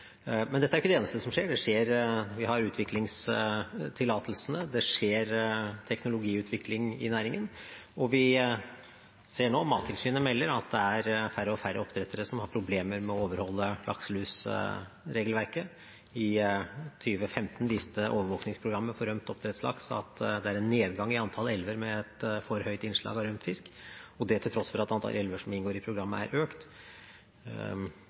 Men dette er ikke det eneste som skjer. Vi har utviklingstillatelsene. Det er teknologiutvikling i næringen. Og vi ser nå at Mattilsynet melder at det er færre og færre oppdrettere som har problemer med å overholde lakselusregelverket. I 2015 viste overvåkingsprogrammet for rømt oppdrettslaks at det er en nedgang i antall elver med et for høyt innslag av rømt fisk, og det til tross for at antall elver som inngår i programmet, er økt.